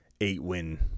eight-win